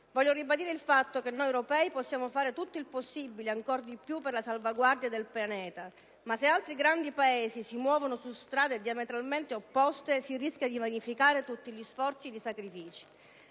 Voglio ribadire il fatto che noi europei possiamo fare tutto il possibile, e anche di più, per la salvaguardia del pianeta, ma se altri grandi Paesi si muovono su strade diametralmente opposte si rischia di vanificare tutti gli sforzi ed i sacrifici.